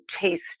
taste